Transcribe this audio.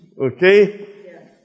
Okay